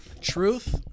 Truth